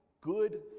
good